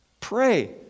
Pray